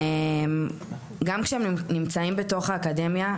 גם כשהם נמצאים בתוך האקדמיה,